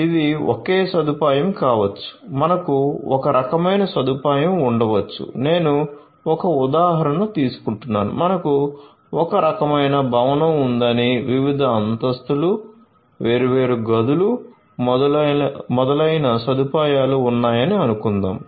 ఇది ఒకే సదుపాయం కావచ్చు మనకు ఒక రకమైన సదుపాయం ఉండవచ్చు నేను ఒక ఉదాహరణ తీసుకుంటున్నాను మనకు ఒక రకమైన భవనం ఉందని వివిధ అంతస్తులు వేర్వేరు గదులు మొదలైన సదుపాయాలు ఉన్నాయని అనుకుందాం